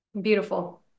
beautiful